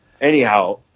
anyhow